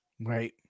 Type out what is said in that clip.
Right